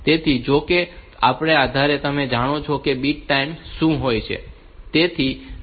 તેથી જો કે તેના આધારે તમે જાણી શકો છો કે બીટ ટાઈમ શું હોય છે